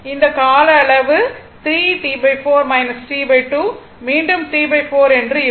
இந்த கால அளவு 3 T 4 T 2 மீண்டும் T 4 என்று இருக்கும்